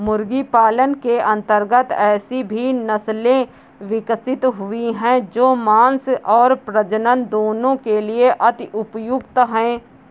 मुर्गी पालन के अंतर्गत ऐसी भी नसले विकसित हुई हैं जो मांस और प्रजनन दोनों के लिए अति उपयुक्त हैं